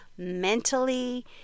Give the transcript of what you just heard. mentally